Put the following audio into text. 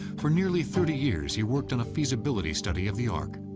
for nearly thirty years he worked on a feasibility study of the ark,